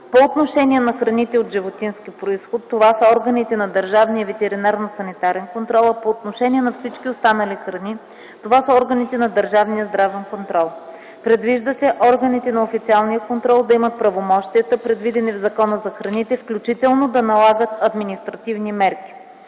По отношение на храните от животински произход това са органите на държавния ветеринарно-санитарен контрол, а по отношение на всички останали храни това са органите на държавния здравен контрол. Предвижда се органите на официалния контрол да имат правомощията, предвидени в Закона за храните, включително да налагат административни мерки.